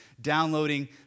downloading